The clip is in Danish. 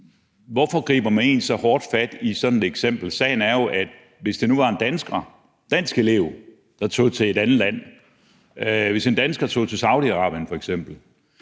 Hvorfor griber man egentlig så hårdt fat i sådan et eksempel? Sagen er jo, at hvis det nu var en dansk elev, der tog til et andet land – hvis en dansker tog til f.eks. Saudi-Arabien – så